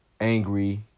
angry